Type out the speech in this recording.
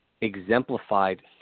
exemplified